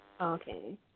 Okay